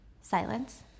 Silence